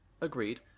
Agreed